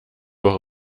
woche